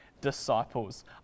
disciples